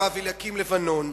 הרב אליקים לבנון,